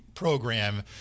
program